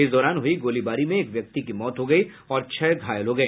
इस दौरान हुई गोलीबारी में एक व्यक्ति की मौत हो गई और छह घायल हो गए